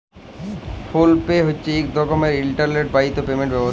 ফোল pay হছে ইক রকমের ইলটারলেট বাহিত পেমেলট ব্যবস্থা